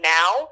now